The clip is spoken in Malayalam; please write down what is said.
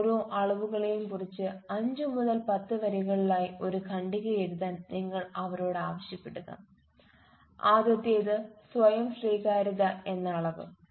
ഓരോ അളവുകളെയുംകുറിച്ചു അഞ്ച് മുതൽ പത്ത് വരികളിലായി ഒരു ഖണ്ഡിക എഴുതാൻ നിങ്ങൾ അവരോട് ആവശ്യപ്പെടുക ആദ്യത്തേത് സ്വയം സ്വീകാര്യത എന്ന അളവ്